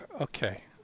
okay